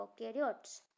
prokaryotes